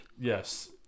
Yes